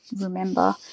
remember